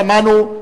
שמענו,